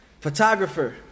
photographer